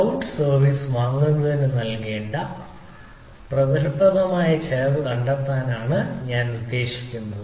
cloud service വാങ്ങുന്നതിന് നൽകേണ്ട ഫലപ്രദമായ ചെലവ് കണ്ടെത്താനാണ് ഞാൻ ഉദ്ദേശിക്കുന്നത്